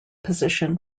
position